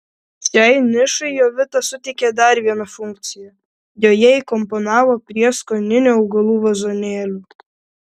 šiai nišai jovita suteikė dar vieną funkciją joje įkomponavo prieskoninių augalų vazonėlių